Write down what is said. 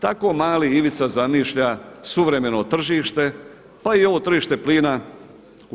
Tako mali Ivica zamišlja suvremeno tržište pa i ovo tržište plina u EU.